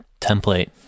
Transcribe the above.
template